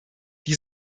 die